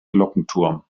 glockenturm